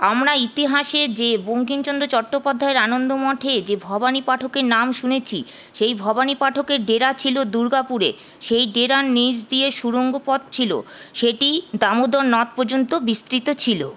আমরা ইতিহাসে যে বঙ্কিমচন্দ্র চট্টোপাধ্যায়ের আনন্দ মঠে যে ভবানী পাঠকের নাম শুনেছি সেই ভবানী পাঠকের ডেরা ছিল দুর্গাপুরে সেই ডেরার নিচ দিয়ে সুড়ঙ্গ পথ ছিল সেটি দামোদর নদ পর্যন্ত বিস্তৃত ছিল